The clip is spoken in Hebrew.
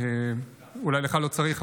אולי לך לא צריך,